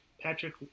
patrick